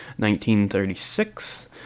1936